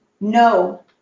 No